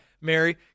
Mary